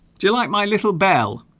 do you like my little bell